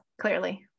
Clearly